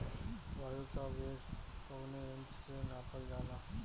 वायु क वेग कवने यंत्र से नापल जाला?